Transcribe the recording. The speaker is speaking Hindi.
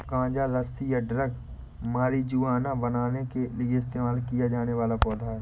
गांजा रस्सी या ड्रग मारिजुआना बनाने के लिए इस्तेमाल किया जाने वाला पौधा है